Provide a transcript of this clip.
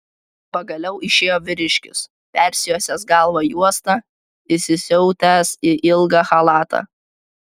pagaliau išėjo vyriškis persijuosęs galvą juosta įsisiautęs į ilgą chalatą